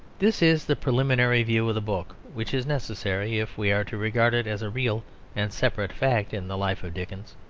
this is the preliminary view of the book which is necessary if we are to regard it as a real and separate fact in the life of dickens.